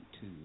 two